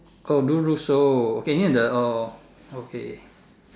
oh Du Ru So k near the oh okay